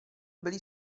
byli